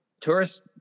tourists